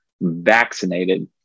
vaccinated